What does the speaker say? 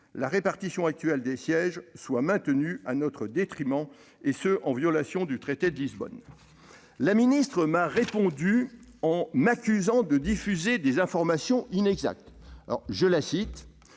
la répartition actuelle des sièges soit maintenue à notre détriment, et ce en violation du traité de Lisbonne. » La ministre m'a répondu en m'accusant de diffuser des informations inexactes :« Nous